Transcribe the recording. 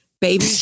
baby